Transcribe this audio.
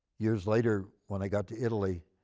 years later, when i got to italy,